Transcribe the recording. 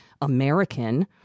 American